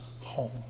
home